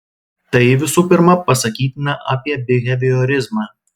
tai visų pirma pasakytina apie biheviorizmą